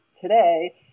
today